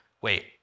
wait